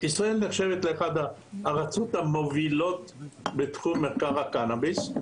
ישראל נחשבת לאחת הארצות המובילות בתחום מחקר הקאנביס.